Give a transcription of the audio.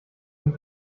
dem